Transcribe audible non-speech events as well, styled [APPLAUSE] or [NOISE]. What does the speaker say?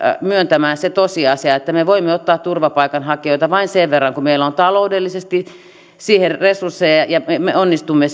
myöntämään se tosiasia että me voimme ottaa turvapaikanhakijoita vain sen verran kuin meillä on taloudellisesti siihen resursseja ja ja me onnistumme [UNINTELLIGIBLE]